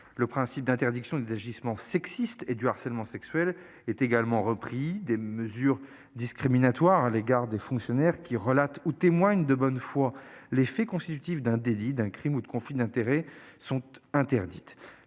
Le principe d'interdiction des agissements sexistes et du harcèlement sexuel est également repris. Les mesures discriminatoires à l'égard des fonctionnaires qui relatent ou témoignent de bonne foi de faits constitutifs d'un délit, d'un crime ou de conflits d'intérêts sont interdites.